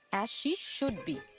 as she should be!